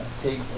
Take